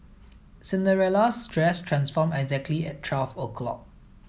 Cinderella's dress transformed exactly at twelve o'clock